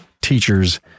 teachers